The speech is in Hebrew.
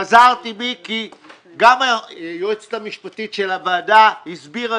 חזרתי בי גם כי היועצת המשפטית של הוועדה הסבירה